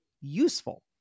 useful